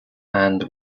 and